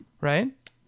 right